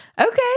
Okay